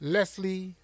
Leslie